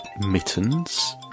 mittens